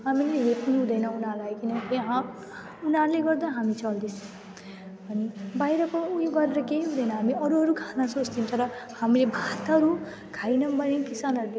हामीले हेप्नु हुँदैन उनीहरूलाई किनकि उनीहरूले गर्दा हामी चल्दैछ अनि बाहिरको उयो गरेर केही हुँदैन हामी अरू अरू खाना सोच्थौँ तर हामीले भातहरू खाइनौँ भने किसानहरूले